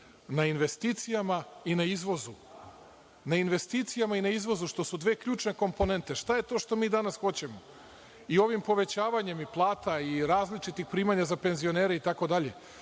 na investicijama i na izvozu. Na investicijama i na izvozu, što su dve ključne komponente. Šta je to što mi danas hoćemo? I ovim povećavanjem i plata i različitih primanja za penzionere itd.